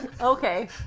Okay